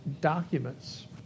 documents